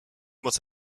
moc